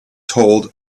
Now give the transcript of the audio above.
told